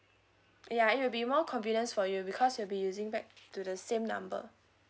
ya it will be more convenience for you because you'll be using back to the same number